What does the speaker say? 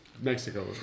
Mexico